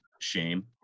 shame